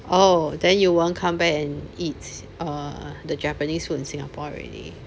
oh then you won't come back and eat err the japanese food in singapore already